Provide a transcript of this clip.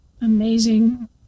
amazing